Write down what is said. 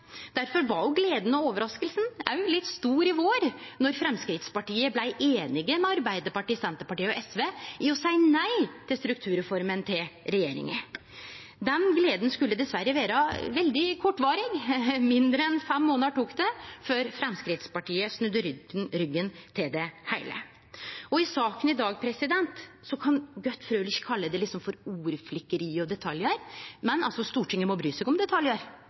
Derfor var gleda og overraskinga òg litt stor i vår då Framstegspartiet blei einig med Arbeidarpartiet, Senterpartiet og SV i å seie nei til strukturreforma til regjeringa. Den gleda skulle dessverre vere veldig kortvarig. Mindre enn fem månader tok det før Framstegspartiet snudde ryggen til det heile. I saka i dag kan Frølich godt kalle det for ordflikkeri og detaljar, men Stortinget må altså bry seg om detaljar,